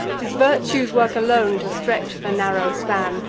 t is virtue's work alone to stretch the narrow span.